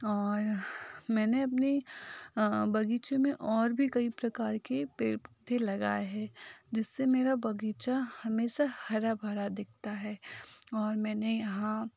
और मैंने अपनी बगीचे में और भी कई प्रकार के पेड़ पौधे लगाए हैं जिससे मेरा बगीचा हमेशा हरा भरा दिखाता है और मैंने यहाँ